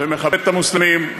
ומכבד את המוסלמים,